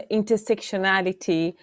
intersectionality